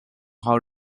how